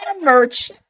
Merch